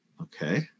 Okay